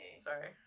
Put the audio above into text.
Sorry